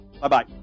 Bye-bye